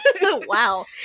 Wow